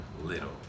little